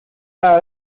haga